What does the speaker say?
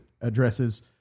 addresses